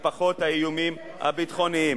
ופחות האיומים הביטחוניים.